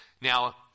Now